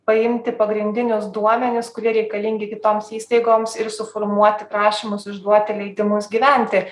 paimti pagrindinius duomenis kurie reikalingi kitoms įstaigoms ir suformuoti prašymus išduoti leidimus gyventi